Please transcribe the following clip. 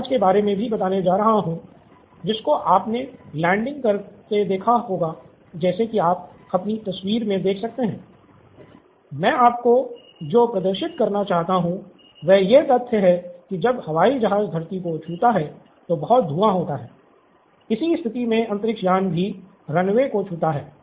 ये एक रेउसबले को छूता है